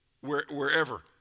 wherever